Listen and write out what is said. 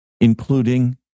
including